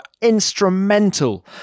instrumental